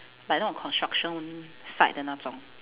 like construction site 的那种